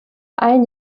ein